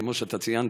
כמו שאתה ציינת,